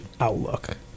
outlook